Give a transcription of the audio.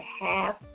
half